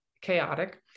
chaotic